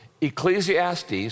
Ecclesiastes